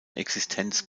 existenz